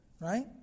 Right